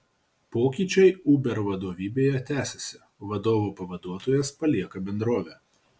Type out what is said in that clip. pokyčiai uber vadovybėje tęsiasi vadovo pavaduotojas palieka bendrovę